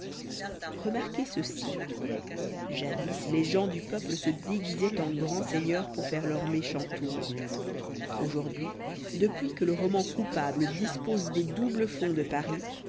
remarquez ceci jadis les gens du peuple se déguisaient en grands seigneurs pour faire leurs méchants tours aujourd'hui depuis que le roman coupable dispose des doubles fonds de paris